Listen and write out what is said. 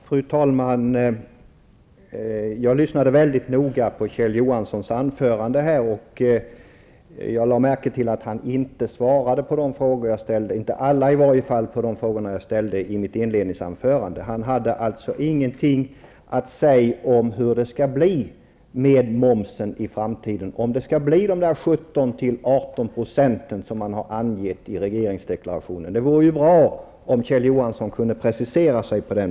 Fru talman! Jag lyssnade mycket noga på Kjell Johanssons anförande, och jag lade märke till att han inte svarade på de frågor jag ställde i mitt inledningsanförande, i varje fall inte på alla. Han hade alltså ingenting att säga om hur det skall bli med momsen i framtiden, om den skall ligga på 17-- 18 %, som man har angett i regeringsdeklarationen. Det vore bra om Kjell Johansson kunde precisera på den punkten.